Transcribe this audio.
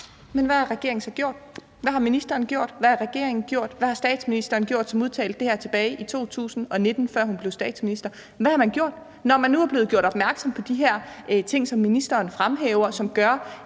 Men hvad har regeringen så gjort? Hvad har ministeren gjort, hvad har regeringen gjort? Hvad har statsministeren gjort, som udtalte det her tilbage i 2019, før hun blev statsminister? Hvad har man gjort, når man nu er blevet gjort opmærksom på de her ting, som ministeren fremhæver, og